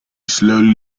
slowly